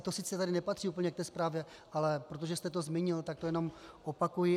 To sice nepatří tady úplně k té zprávě, ale protože jste to zmínil, tak to jenom opakuji.